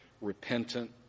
repentant